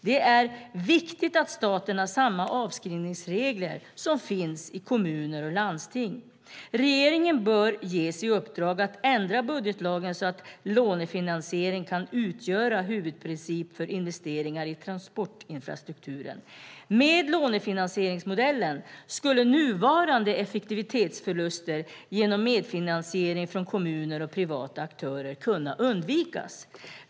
Det är viktigt att staten har samma avskrivningsregler som kommuner och landsting. Regeringen bör ges i uppdrag att ändra budgetlagen så att lånefinansiering kan utgöra huvudprincip för investeringar i transportinfrastrukturen. Med lånefinansieringsmodellen skulle nuvarande effektivitetsförluster genom medfinansiering från kommuner och privata aktörer kunna undvikas.